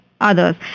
others